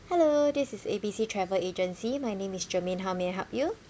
hello this is A B C travel agency my name is germaine how may I help you